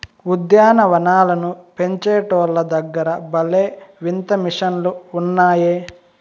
ఉద్యాన వనాలను పెంచేటోల్ల దగ్గర భలే వింత మిషన్లు ఉన్నాయే